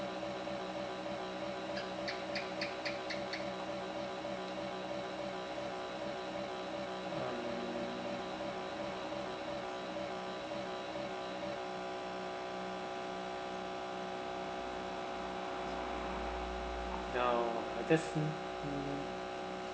no just hmm hmm